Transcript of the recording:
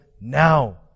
now